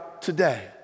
today